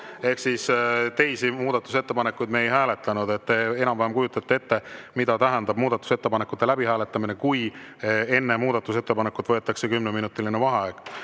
Teisi muudatusettepanekuid me ei hääletanud. Te enam-vähem kujutate ette, mida tähendab muudatusettepanekute läbi hääletamine, kui enne [hääletust] võetakse kümneminutiline vaheaeg.